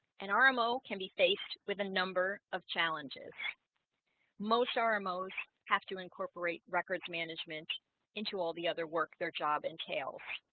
an ah rmo can be faced with a number of challenges most ah rmos have to incorporate records management into all the other work their job entails